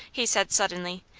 he said suddenly,